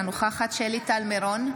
אינה נוכחת שלי טל מירון,